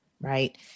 Right